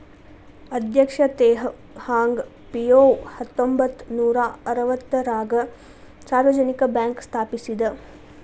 ಅಧ್ಯಕ್ಷ Teh Hong Piow ಹತ್ತೊಂಬತ್ ನೂರಾ ಅರವತ್ತಾರಗ ಸಾರ್ವಜನಿಕ ಬ್ಯಾಂಕ್ ಸ್ಥಾಪಿಸಿದ